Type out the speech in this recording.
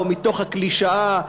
או מתוך הקלישאה,